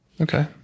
Okay